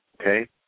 okay